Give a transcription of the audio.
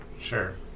Sure